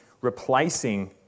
replacing